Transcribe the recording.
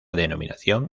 denominación